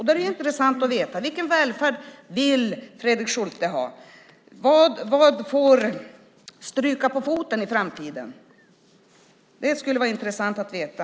Det är intressant att veta vilken välfärd Fredrik Schulte vill ha. Vad får stryka på foten i framtiden? Det skulle vara intressant att veta.